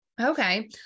Okay